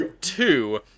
Two